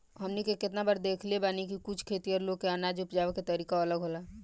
हमनी के केतना बार देखले बानी की कुछ खेतिहर लोग के अनाज उपजावे के तरीका अलग होला